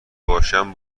باشم